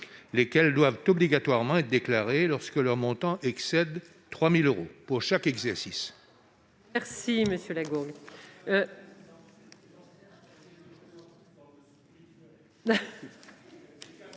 lesquels doivent obligatoirement être déclarés lorsque leur montant excède 3 000 euros pour chaque exercice. Quel est l'avis